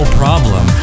problem